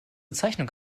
zeichnung